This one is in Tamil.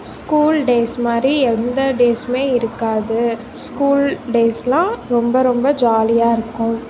ஸ்கூல் டேஸ் மாதிரி எந்த டேஸ்மே இருக்காது ஸ்கூல் டேஸ்லாம் ரொம்ப ரொம்ப ஜாலியாக இருக்கும்